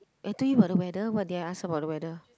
I told you about the weather what did I ask about the weather